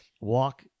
walk